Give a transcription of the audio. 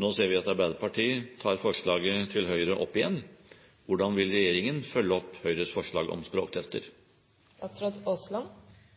Nå ser vi at Arbeiderpartiet tar forslaget til Høyre opp igjen. Hvordan vil regjeringen følge opp Høyres forslag om